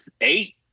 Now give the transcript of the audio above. eight